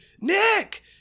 Nick